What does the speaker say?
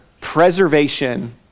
preservation